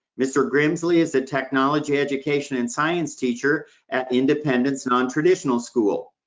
mr. grimsley is the technology education and science teacher at independence non-traditional school.